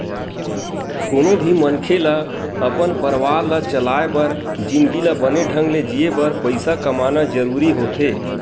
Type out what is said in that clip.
कोनो भी मनखे ल अपन परवार ला चलाय बर जिनगी ल बने ढंग ले जीए बर पइसा कमाना जरूरी होथे